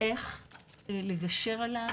איך לגשר עליו